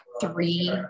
three